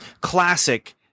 classic